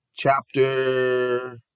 Chapter